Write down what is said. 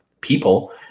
people